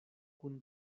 kun